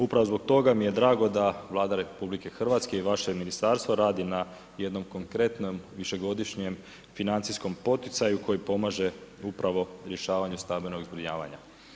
Upravo zbog toga mi je drago da Vlada RH i vaše ministarstvo radi na jednom konkretnom višegodišnjem financijskom poticaju koji pomaže upravo rješavanju stambenog zbrinjavanja.